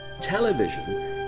television